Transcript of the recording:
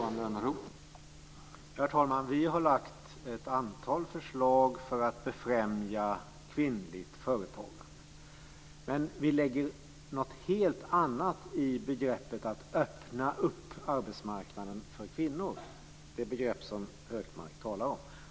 Herr talman! Vi har lagt fram ett antal förslag för att befrämja kvinnligt företagande. Men vi lägger något helt annat i begreppet att öppna upp arbetsmarknaden för kvinnor, det begrepp som Hökmark talar om.